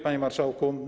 Panie Marszałku!